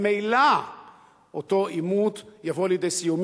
ממילא אותו עימות יבוא לידי סיום.